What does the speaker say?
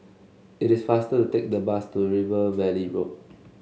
it is faster to take the bus to River Valley Road